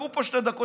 תחכו פה שתי דקות,